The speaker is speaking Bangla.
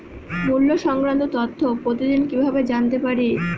মুল্য সংক্রান্ত তথ্য প্রতিদিন কিভাবে জানতে পারি?